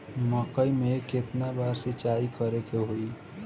मकई में केतना बार सिंचाई करे के होई?